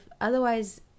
Otherwise